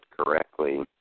correctly